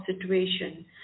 situation